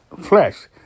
flesh